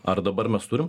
ar dabar mes turim